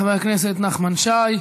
חבר הכנסת נחמן שי,